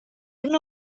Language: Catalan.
una